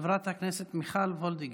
חברת הכנסת מיכל וולדיגר.